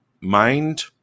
mind